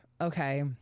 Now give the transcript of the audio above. okay